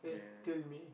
tell me